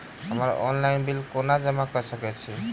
हम्मर online bill कोना जमा कऽ सकय छी?